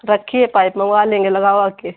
रखी है पाइप मंगवा लेंगे लगाओ आके